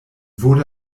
wurde